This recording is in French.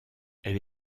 elle